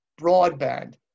broadband